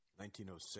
1906